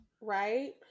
right